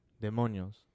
Demonios